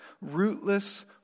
Rootless